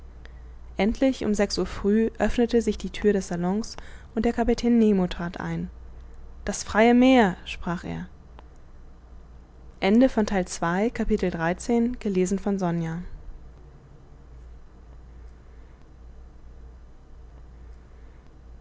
endlich um sechs uhr früh öffnete sich die thüre des salons und der kapitän nemo trat ein das freie meer sprach er